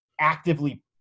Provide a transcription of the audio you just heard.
actively